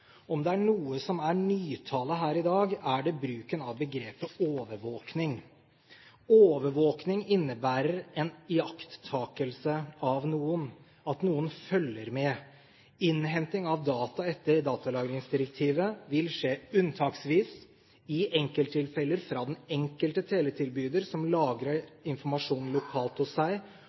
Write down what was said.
Om det er noe som er nytale her i dag, er det bruken av begrepet «overvåkning». Overvåkning innebærer en iakttakelse av noen, at noen følger med. Innhenting av data etter datalagringsdirektivet vil skje unntaksvis, i enkelttilfeller fra den enkelte teletilbyder som lagrer informasjonen lokalt hos seg,